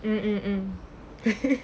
mmhmm mmhmm